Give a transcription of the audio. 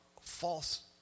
false